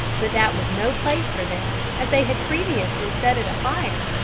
but that was no place for them, as they had previously set it afire,